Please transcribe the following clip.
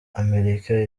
amerika